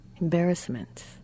embarrassment